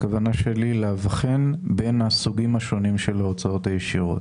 הכוונה שלי לאבחן בין הסוגים השונים של ההוצאות הישירות,